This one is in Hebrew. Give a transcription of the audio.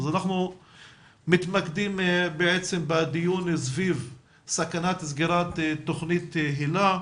אנחנו מתמקדים בדיון סביב סכנת סגירת תוכנית היל"ה,